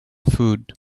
food